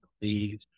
please